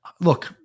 Look